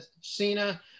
Cena